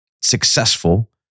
successful